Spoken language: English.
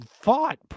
fought